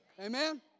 Amen